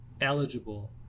eligible